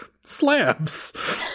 slabs